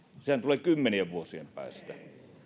sehän tulee kymmenien vuosien päästä